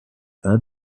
are